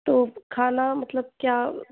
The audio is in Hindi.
तो खाना मतलब क्या